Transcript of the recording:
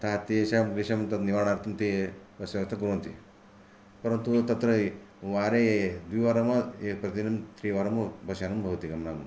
अतः तेषां विषयं तद् निवारणार्थं ते बस् व्यवस्था कुर्वन्ति परन्तु तत्र वारे द्विवारं वा प्रतिदिनं त्रिवारं वा बस् यानं भवति गमनागमनार्थम्